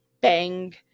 bang